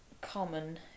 common